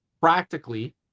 practically